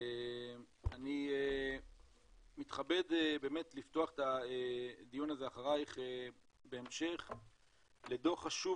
אני מתכבד באמת לפתוח את הדיון הזה אחרייך בהמשך לדו"ח חשוב